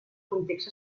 context